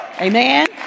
Amen